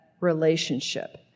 relationship